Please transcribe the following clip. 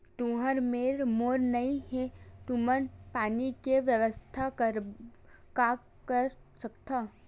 तुहर मेर बोर नइ हे तुमन पानी के बेवस्था करेबर का कर सकथव?